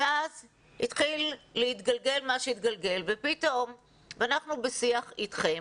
אז התחיל להתגלגל מה שהתגלגל ואנחנו בשיח אתכם